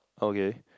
okay